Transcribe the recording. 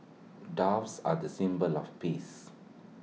doves are the symbol of peace